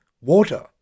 water